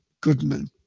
Goodman